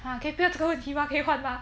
ha 可以不要这个问题吗可以换吗